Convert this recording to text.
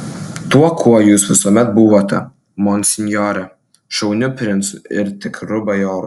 tuo kuo jūs visuomet buvote monsinjore šauniu princu ir tikru bajoru